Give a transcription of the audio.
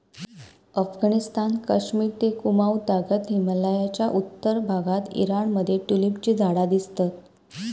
अफगणिस्तान, कश्मिर ते कुँमाउ तागत हिमलयाच्या उत्तर भागात ईराण मध्ये ट्युलिपची झाडा दिसतत